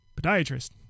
Podiatrist